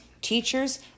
teachers